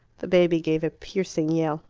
the baby gave a piercing yell.